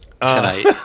tonight